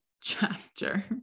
chapter